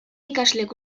ikasleek